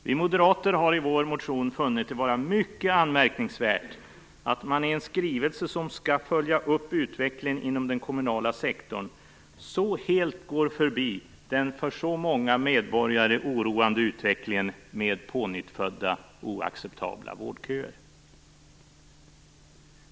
Vi moderater har i vår motion funnit det vara mycket anmärkningsvärt att man i en skrivelse som skall följa upp utvecklingen inom den kommunala sektorn helt går förbi den för så många medborgare oroande utvecklingen med pånyttfödda oacceptabla vårdköer.